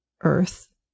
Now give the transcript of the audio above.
earth